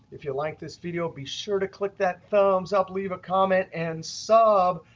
if you like this video, be sure to click that thumbs up, leave a comment, and sub,